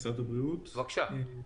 משרד הבריאות, בבקשה.